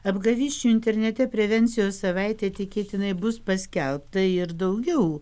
apgavysčių internete prevencijos savaitę tikėtinai bus paskelbta ir daugiau